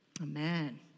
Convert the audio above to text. Amen